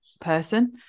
person